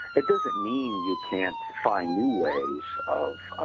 it doesn't mean you can't define new ways of